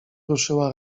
ruszyła